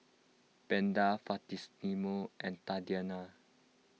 Beda Faustino and Tatianna